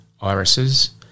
irises